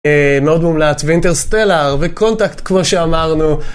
מאוד מומלץ, ואינטרסטלר וקונטקט כמו שאמרנו.